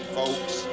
folks